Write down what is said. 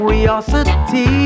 curiosity